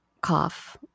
cough